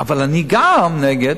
אבל אני גם נגד,